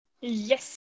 Yes